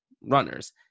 runners